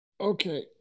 Okay